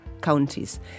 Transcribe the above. counties